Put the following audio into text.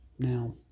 Now